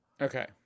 Okay